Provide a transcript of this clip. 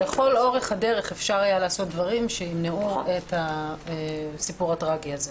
לאורך כל הדרך אפשר היה לעשות דברים שימנעו את הסיפור הטרגי הזה.